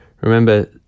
remember